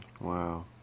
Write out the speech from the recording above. Wow